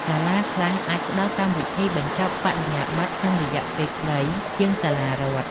សាលាខ្លះអាចផ្ដល់កម្មវិធីបញ្ចប់បរិញ្ញាបត្រក្នុងរយៈពេលខ្លីជាងសាលារដ្ឋ។